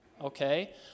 Okay